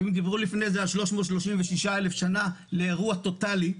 דיברו לפני על 336,000 שנה לאירוע טוטלי.